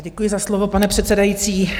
Děkuji za slovo, pane předsedající.